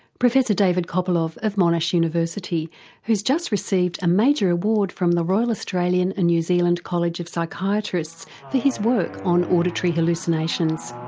professor david copolov of monash university who's just received a major award from the royal australian and new zealand college of psychiatrists for his work on auditory hallucinations.